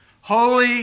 Holy